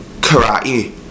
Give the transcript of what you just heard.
karate